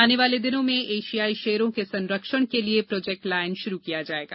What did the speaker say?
आने वाले दिनों में एशियाई शेरों के संरक्षण के लिये प्रोजेक्ट लायन शुरू किया जाएगा